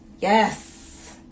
yes